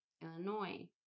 Illinois